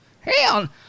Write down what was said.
Hell